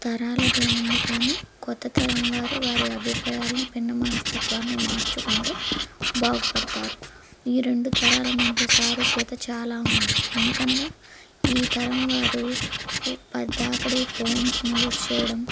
తరాలది ఏముంది కానీ కొత్తతరం వారు వారి అభిప్రాయాలను భిన్న మనస్తత్వాలని మార్చుకుంటే బాగుపడతారు ఈ రెండు తరాల మధ్య సారూప్యత చాలా ఉంది ఎందుకనగా ఈ తరం వారు పద్దాకడి ఫోన్స్ యూజ్ చేయడం